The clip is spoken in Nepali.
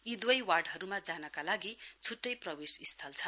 यी दुवै वार्डहरूमा जानका लागि छुट्टै प्रवेश स्थल छन्